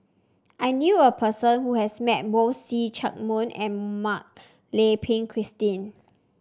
I knew a person who has met both See Chak Mun and Mak Lai Peng Christine